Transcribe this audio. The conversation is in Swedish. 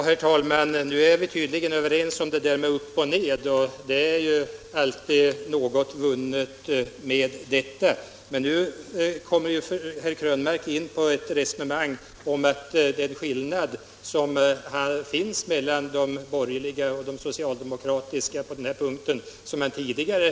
Herr talman! Nu är vi tydligen överens om det där med upp och ned, och det är alltid något vunnet med det. Tidigare uttalade herr Krönmark, om jag fattade honom rätt, sin uppskattning över att skillnaderna mellan de borgerliga partierna och socialdemokraterna på den här punkten inte är så stora.